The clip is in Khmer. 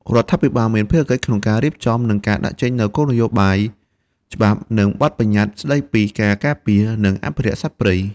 រដ្ឋាភិបាលមានភារកិច្ចក្នុងការរៀបចំ និងដាក់ចេញនូវគោលនយោបាយ ច្បាប់ និងបទប្បញ្ញត្តិស្តីពីការការពារ និងអភិរក្សសត្វព្រៃ។